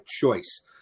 choice